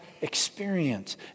experience